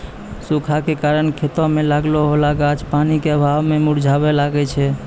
सूखा के कारण खेतो मे लागलो होलो गाछ पानी के अभाव मे मुरझाबै लागै छै